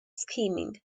screaming